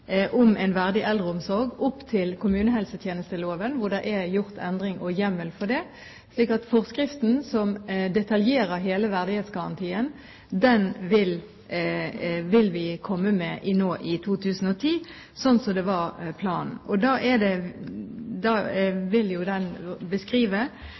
om en verdig eldreomsorg opp til kommunehelsetjenesteloven, hvor det er gjort endring og er hjemmel for det. Forskriften som detaljerer hele verdighetsgarantien, vil vi komme med nå i 2010, slik planen var. Da vil den beskrive kompetanseløftet, alt som